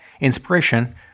inspiration